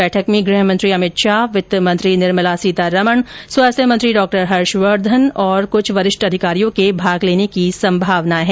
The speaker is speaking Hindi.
बैठक में गृह मंत्री अमित शाह वित्त मंत्री निर्मला सीतारमन स्वास्थ्य मंत्री डॉ हर्षवर्द्वन और कुछ वरिष्ठ अधिकारियों के भाग लेने की संभावना है